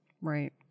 right